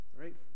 Right